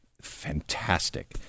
fantastic